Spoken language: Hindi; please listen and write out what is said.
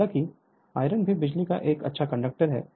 हालांकि आयरन भी बिजली का एक अच्छा कंडक्टर है